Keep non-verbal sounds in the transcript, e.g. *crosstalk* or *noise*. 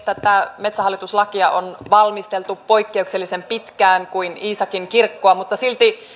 *unintelligible* tätä metsähallitus lakia on valmisteltu poikkeuksellisen pitkään kuin iisakinkirkkoa mutta silti